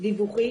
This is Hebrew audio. שלי לדיווחים.